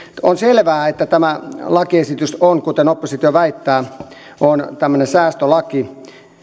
on selvää että tämä lakiesitys on kuten oppositio väittää tämmöinen säästölaki